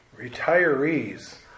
retirees